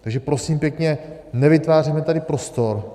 Takže prosím pěkně, nevytvářejme tady prostor.